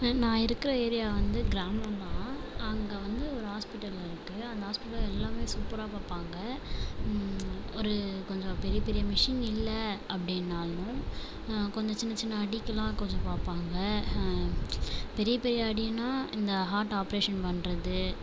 நான் இருக்கிற ஏரியா வந்து கிராமம் தான் அங்கே வந்து ஒரு ஹாஸ்பிட்டல் இருக்குது அந்த ஹாஸ்பிட்டல்லில் எல்லாமே சூப்பராக பார்ப்பாங்க ஒரு கொஞ்சம் பெரிய பெரிய மிஷின் இல்லை அப்படின்னாலும் கொஞ்சம் சின்ன சின்ன அடிக்கெல்லாம் கொஞ்சம் பார்ப்பாங்க பெரிய பெரிய அடின்னால் இந்த ஹார்ட் ஆப்ரேஷன் பண்ணுறது